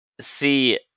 See